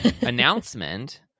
announcement